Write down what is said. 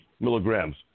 milligrams